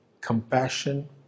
Compassion